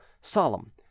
solemn